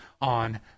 on